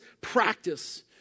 practice